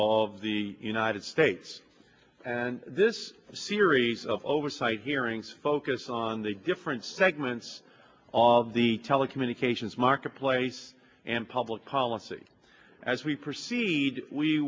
of the united states and this series of oversight hearings focus on the different segments of the telecommunications marketplace and public policy as we proceed we